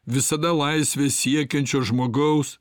visada laisvės siekiančio žmogaus